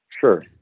Sure